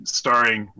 starring